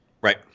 Right